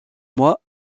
mois